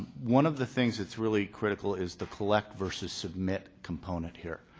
one of the things that's really critical is the collect versus submit component here.